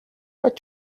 what